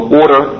order